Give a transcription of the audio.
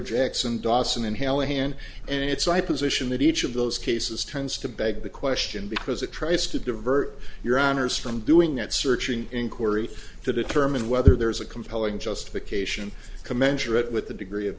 jackson dawson inhale a hand and it's my position that each of those cases tends to beg the question because it tries to divert your honour's from doing that searching inquiry to determine whether there is a compelling justification commensurate with the degree of